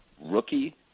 rookie